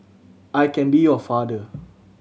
I can be your father